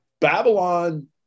Babylon